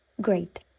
Great